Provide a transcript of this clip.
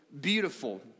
beautiful